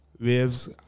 Waves